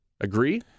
Agree